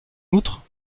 outre